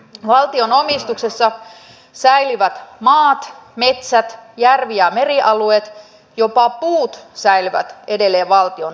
valtion omistuksessa säilyvät maat metsät järvi ja merialueet jopa puut säilyvät edelleen valtion omistuksessa